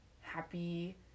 happy